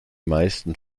meisten